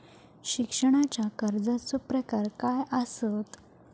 शिक्षणाच्या कर्जाचो प्रकार काय आसत?